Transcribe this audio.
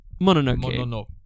Mononoke